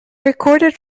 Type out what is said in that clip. recorded